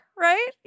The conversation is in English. right